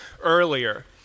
earlier